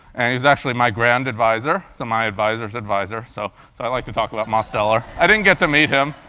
and he's actually my grand advisor so my advisor's adviser, so i like to talk about mosteller. i didn't get to meet him.